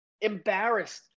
embarrassed